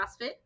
CrossFit